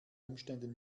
umständen